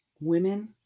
Women